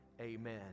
amen